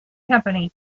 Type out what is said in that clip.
company